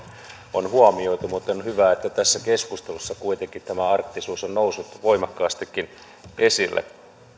on huomioitu mutta on hyvä että tässä keskustelussa kuitenkin arktisuus on noussut voimakkaastikin esille